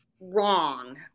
wrong